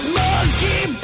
monkey